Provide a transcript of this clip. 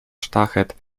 sztachet